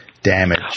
damage